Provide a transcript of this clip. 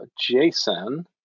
Jason